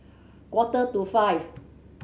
quarter to five